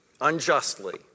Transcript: unjustly